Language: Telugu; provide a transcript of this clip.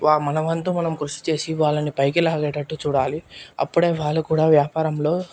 వా మన వంతు మనం కృషి చేసి వాళ్ళను పైకి లాగేటట్టు చూడాలి అప్పుడే వాళ్ళు కూడా వ్యాపారంలో